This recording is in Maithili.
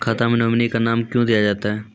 खाता मे नोमिनी का नाम क्यो दिया जाता हैं?